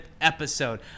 episode